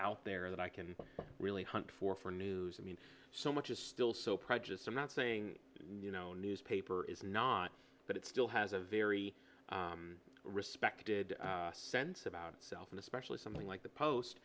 out there that i can really hunt for for news i mean so much is still so prejudiced i'm not saying you know newspaper is not but it still has a very respected sense about itself and especially something like the post